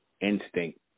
instinct